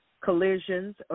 collisions